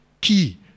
key